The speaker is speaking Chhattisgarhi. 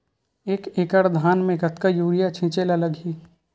एक एकड़ धान में कतका यूरिया छिंचे ला लगही?